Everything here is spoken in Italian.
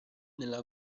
nella